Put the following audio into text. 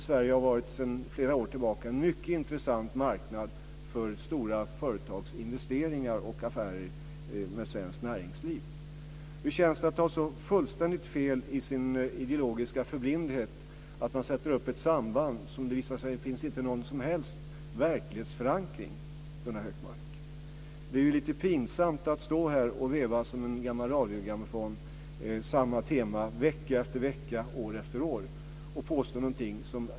Sverige har ju sedan flera år tillbaka varit en mycket intressant marknad för stora företags investeringar och affärer med svenskt näringsliv. Hur känns det att ha så fullständigt fel i sin ideologiska förblindelse att man sätter upp ett samband som det visar sig inte har någon som helst verklighetsförankring, Gunnar Hökmark? Det är ju lite pinsamt att stå här och veva som en gammal radiogrammofon samma tema vecka efter vecka, år efter år och påstå någonting.